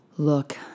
Look